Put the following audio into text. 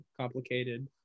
complicated